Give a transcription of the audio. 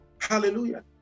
Hallelujah